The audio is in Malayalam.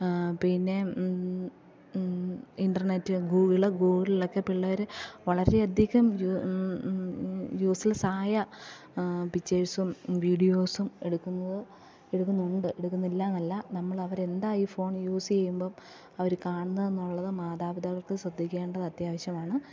പിന്നെ ഇൻ്റെർനെറ്റ് ഗൂഗിൾ ഗൂഗിൾലെക്കെ പിള്ളേർ വളരെയധികം യൂസ്ലെസ് ആ പിക്ചേഴ്സും വീഡിയോസും എടുക്കുമ്പോൾ എടുക്കുന്നുണ്ട് എടുക്കുന്നില്ല എന്നല്ല നമ്മളവർ എന്താ ഈ ഫോൺ യൂസ് ചെയ്യുമ്പം അവർ കാണുന്നത് എന്നുള്ളത് മാതാപിതാക്കൾ ശ്രദ്ധിക്കേണ്ടത് അത്യാവശ്യമാണ്